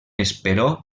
esperó